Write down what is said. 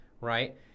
right